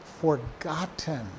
forgotten